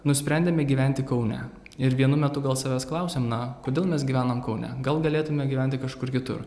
nusprendėme gyventi kaune ir vienu metu gal savęs klausėm na kodėl mes gyvenam kaune gal galėtume gyventi kažkur kitur